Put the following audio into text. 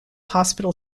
hospital